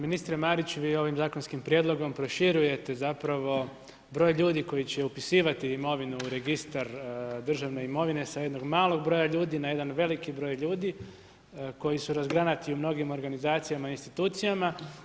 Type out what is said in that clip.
Ministre Marić, vi ovim zakonskim prijedlogom proširujete zapravo broj ljudi koji će upisivati imovinu u registar državne imovine, sa jednog malog broja ljudi, na jedan veliki broj ljudi, koji su razgranati u mnogim organizacijama, institucijama.